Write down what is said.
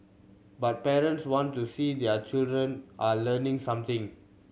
but parents want to see their children are learning something